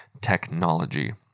technology